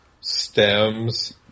stems